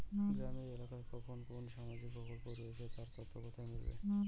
গ্রামের এলাকায় কখন কোন সামাজিক প্রকল্প রয়েছে তার তথ্য কোথায় মিলবে?